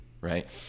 right